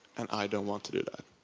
and i don't want to do them.